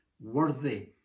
worthy